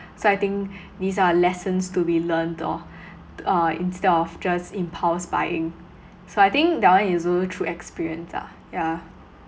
so I think these are lessons to be learnt lor uh instead of just impulse buying so I think that one is also through experience ah yeah